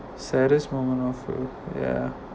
saddest moment of your yeah